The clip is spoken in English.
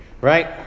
right